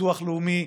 ביטוח לאומי,